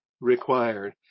required